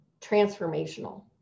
transformational